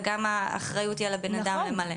וגם האחריות היא על הבן אדם למלא.